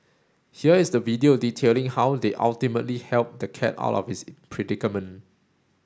here is the video detailing how they ultimately helped the cat out of its predicament